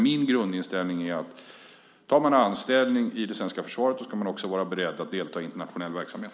Min grundinställning är att om man tar anställning i det svenska försvaret ska man också vara beredd att delta i internationell verksamhet.